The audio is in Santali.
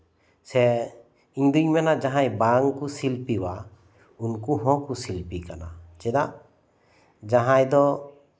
ᱥᱮ ᱤᱧ ᱫᱩᱧ ᱢᱮᱱᱟ ᱡᱟᱸᱦᱟᱭ ᱵᱟᱝ ᱠᱚ ᱥᱤᱞᱯᱤᱭᱟ ᱩᱱᱠᱩ ᱦᱚᱸᱠᱚ ᱥᱤᱞᱯᱤ ᱠᱟᱱᱟ ᱪᱮᱫᱟᱜ ᱡᱟᱦᱟᱸᱭ ᱫᱚ